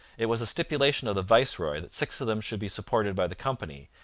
it was a stipulation of the viceroy that six of them should be supported by the company,